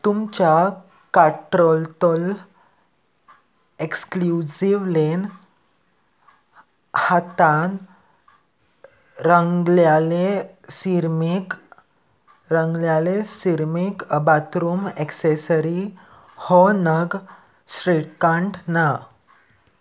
तुमच्या कार्ट्रोतोल एक्सक्लुसीव लेन हातान रंगल्याले सिरमीक रंगल्याले सिरमीक बाथरूम एक्सेसरी हो नग श्रीकांठ ना